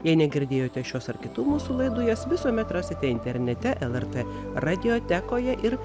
jei negirdėjote šios ar kitų mūsų laidų jas visuomet rasite internete lrt radijotekoje ir